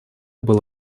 было